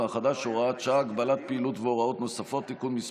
החדש (הוראת שעה) (הגבלת פעילות והוראות נוספות) (תיקון מס'